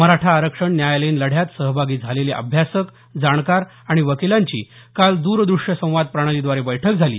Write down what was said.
मराठा आरक्षण न्यायालयीन लढ्यात सहभागी झालेले अभ्यासक जाणकार आणि वकिलांची काल द्रदृष्य संवाद प्रणालीद्वारे बैठक झाली